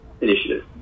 Initiative